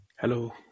Hello